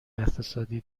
اقتصادی